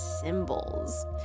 symbols